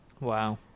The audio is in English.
Wow